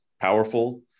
powerful